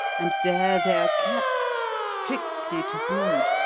and there they're kept, strictly tabooed,